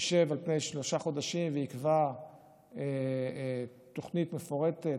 ישב שלושה חודשים ויקבע תוכנית מפורטת